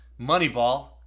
Moneyball